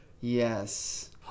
Yes